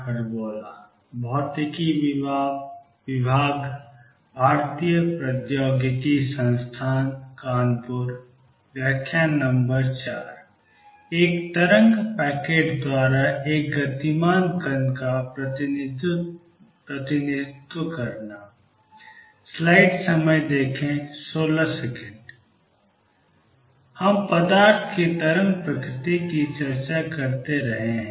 हम पदार्थ की तरंग प्रकृति की चर्चा करते रहे हैं